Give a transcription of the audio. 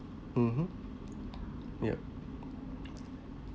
mmhmm yup